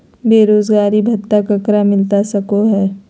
बेरोजगारी भत्ता ककरा मिलता सको है?